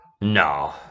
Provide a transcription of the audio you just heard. No